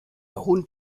hund